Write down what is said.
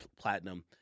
platinum